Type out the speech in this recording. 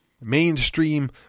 mainstream